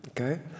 Okay